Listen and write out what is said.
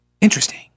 Interesting